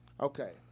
Okay